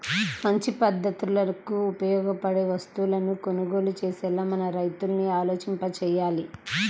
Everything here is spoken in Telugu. మంచి పద్ధతులకు ఉపయోగపడే వస్తువులను కొనుగోలు చేసేలా మన రైతుల్ని ఆలోచింపచెయ్యాలి